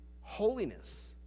holiness